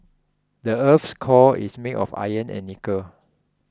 the earth's core is made of iron and nickel